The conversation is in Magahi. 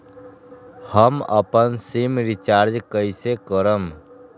हम अपन सिम रिचार्ज कइसे करम?